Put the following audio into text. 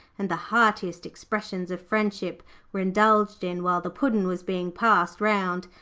and the heartiest expressions of friendship were indulged in while the puddin' was being passed round.